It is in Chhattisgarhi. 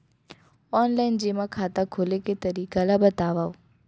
ऑनलाइन जेमा खाता खोले के तरीका ल बतावव?